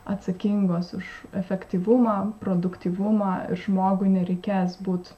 atsakingos už efektyvumą produktyvumą žmogui nereikės būt